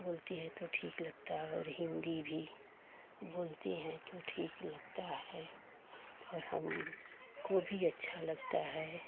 बोलती हैं तो ठीक लगता है और हिन्दी भी बोलती हैं तो ठीक लगता है और हमको भी अच्छा लगता है